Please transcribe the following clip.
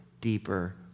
deeper